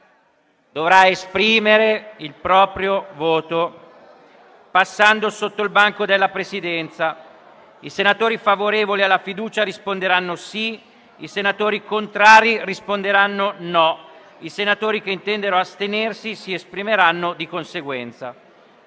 dovrà esprimere il proprio voto passando innanzi al banco della Presidenza. I senatori favorevoli alla fiducia risponderanno sì; i senatori contrari risponderanno no; i senatori che intendono astenersi si esprimeranno di conseguenza.